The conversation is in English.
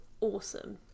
awesome